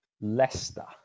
Leicester